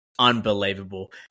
Unbelievable